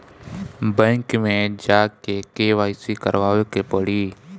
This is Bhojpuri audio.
बैक मे जा के के.वाइ.सी करबाबे के पड़ी?